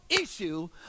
issue